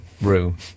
room